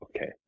okay